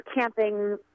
camping